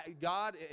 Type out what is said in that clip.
God